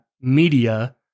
media